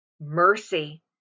mercy